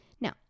Now